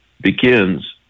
begins